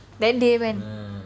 then they went